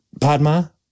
Padma